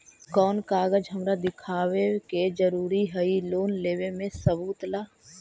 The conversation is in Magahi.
कौन कागज हमरा दिखावे के जरूरी हई लोन लेवे में सबूत ला?